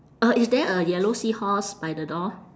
uh is there a yellow seahorse by the door